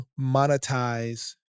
monetize